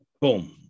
Boom